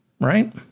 right